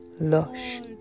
lush